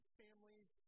families